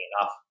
enough